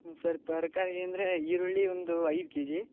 sir ತರಕಾರಿ ಅಂದ್ರೆ ಈರುಳ್ಳಿ ಒಂದು ಐದು ಕೆ ಜಿ